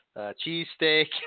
cheesesteak